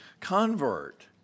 convert